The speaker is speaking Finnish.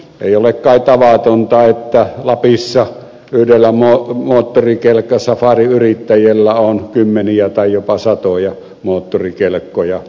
ei ole kai tavatonta että lapissa yhdellä moottorikelkkasafariyrittäjällä on kymmeniä tai jopa satoja moottorikelkkoja